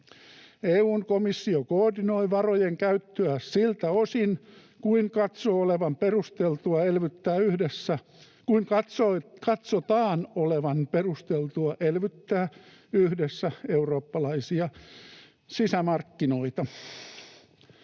EU:n komissio koordinoi varojen käyttöä siltä osin kuin katsotaan olevan perusteltua elvyttää yhdessä eurooppalaisia sisämarkkinoita.”